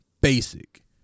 basic